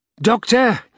Doctor